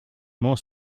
more